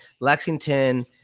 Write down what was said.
Lexington